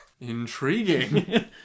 Intriguing